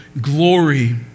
glory